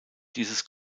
dieses